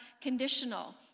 conditional